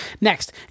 Next